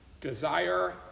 desire